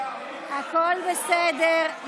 הכול בסדר.